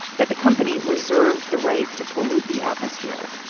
that the company reserved the right to pollute the atmosphere